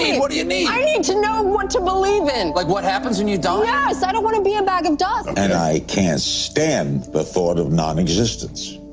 what do you need? i need to know what to believe in! like what happens when you die? yes, i don't want to be a bag of dust. and i can't stand the thought of nonexistence.